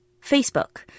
Facebook